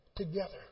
Together